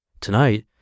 Tonight